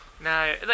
No